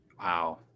Wow